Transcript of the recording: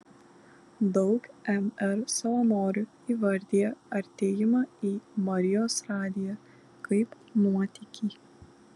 daug mr savanorių įvardija atėjimą į marijos radiją kaip nuotykį